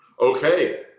Okay